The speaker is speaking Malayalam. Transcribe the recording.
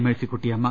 മേഴ്സിക്കുട്ടിയമ്മ